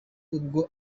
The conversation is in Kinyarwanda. ubwo